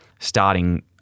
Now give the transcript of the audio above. starting